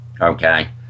okay